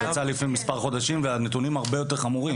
הוא יצא לפני מספר חודשים והנתונים הרבה יותר חמורים.